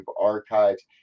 archives